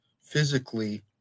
physically